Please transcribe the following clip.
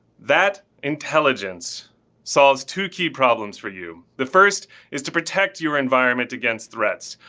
that intelligence solves two key problems for you. the first is to protect your environment against threats.